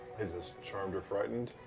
is this charmed or frightened?